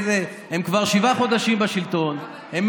הם כבר שבעה חודשים בשלטון, אבל ביבי.